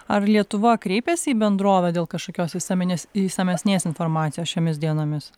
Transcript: ar lietuva kreipėsi į bendrovę dėl kažkokios išsamen išsamesnės informacijos šiomis dienomis